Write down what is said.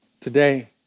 today